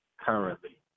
currently